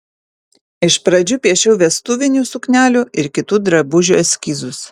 iš pradžių piešiau vestuvinių suknelių ir kitų drabužių eskizus